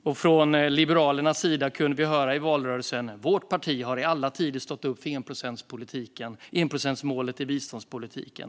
Och från Liberalernas sida kunde vi höra i valrörelsen: "Vårt parti har i alla tider stått upp för enprocentmålet för biståndspolitiken.